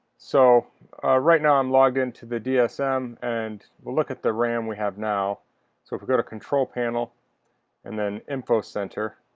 so right now i'm logged into the dsm and we'll look at the ram we have now so if we go to control panel and then info center,